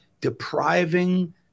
depriving